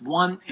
one